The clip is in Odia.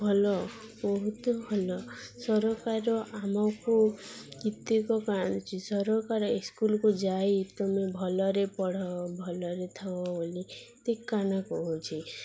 ଭଲ ବହୁତ ଭଲ ସରକାର ଆମକୁ କେତେକ କାଣ ଦେଉଛି ସରକାର ଇସ୍କୁଲକୁ ଯାଇ ତୁମେ ଭଲରେ ପଢ଼ ଭଲରେ ଥାଅ ବୋଲିି କେତେ କାଣା କହୁଛି